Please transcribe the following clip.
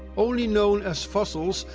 only known as fossils,